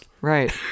right